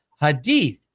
Hadith